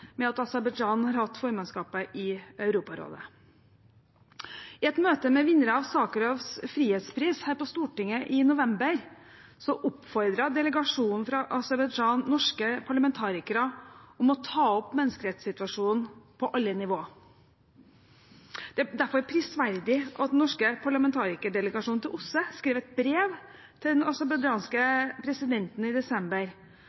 med at Aserbajdsjan har hatt formannskapet i Europarådet. I et møte med vinnerne av Sakharovs frihetspris her på Stortinget i november oppfordret delegasjonen fra Aserbajdsjan norske parlamentarikere til å ta opp menneskerettssituasjonen på alle nivå. Det er derfor prisverdig at den norske parlamentarikerdelegasjonen til OSSE skrev et brev til den aserbajdsjanske presidenten i desember